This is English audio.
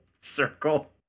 circle